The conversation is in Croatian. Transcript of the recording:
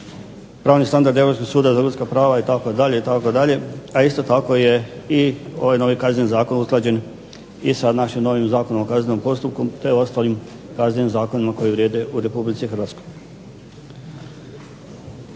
pravni standardi Europskog suda za ljudska prava itd., itd., a isto tako je i ovaj novi Kazneni zakon usklađen i sa našim novim Zakonom o kaznenom postupku te ostalim kaznenim zakonima koji vrijede u Republici Hrvatskoj.